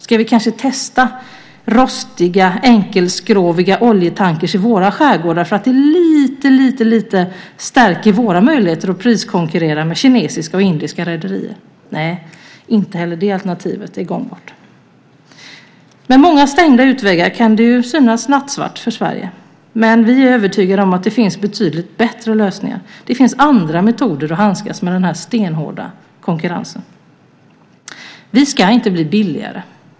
Ska vi kanske testa rostiga, enkelskroviga oljetanker i våra skärgårdar, för att det lite, lite stärker våra möjligheter att priskonkurrera med kinesiska och indiska rederier? Nej, inte heller det alternativet är gångbart. Med många stängda utvägar kan det ju synas nattsvart för Sverige. Men vi är övertygade om att det finns betydligt bättre lösningar. Det finns andra metoder att handskas med den här stenhårda konkurrensen. Vi ska inte bli billigare.